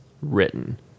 written